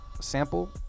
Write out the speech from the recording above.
sample